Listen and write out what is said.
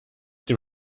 dem